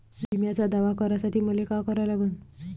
बिम्याचा दावा करा साठी मले का करा लागन?